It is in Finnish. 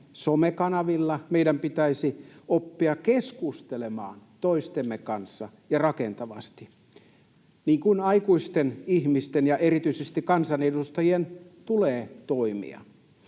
somekanavilla, meidän pitäisi oppia keskustelemaan toistemme kanssa ja rakentavasti — niin kuin aikuisten ihmisten ja erityisesti kansanedustajien tulee toimia.